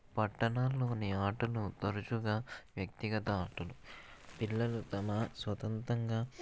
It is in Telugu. పట్టణాల్లోని ఆటను తరచుగా వ్యక్తిగత ఆటలు పిల్లలు తమ స్వతంత్రంగా